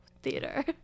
theater